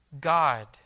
God